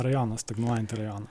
rajoną stagnuojantį rajoną